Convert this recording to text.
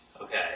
Okay